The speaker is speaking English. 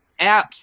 apps